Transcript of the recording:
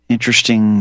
Interesting